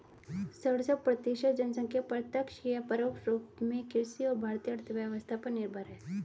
सड़सठ प्रतिसत जनसंख्या प्रत्यक्ष या परोक्ष रूप में कृषि और भारतीय अर्थव्यवस्था पर निर्भर है